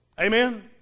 Amen